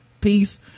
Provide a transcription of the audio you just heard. peace